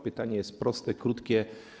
Pytanie jest proste, krótkie.